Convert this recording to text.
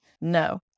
No